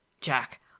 Jack